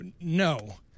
No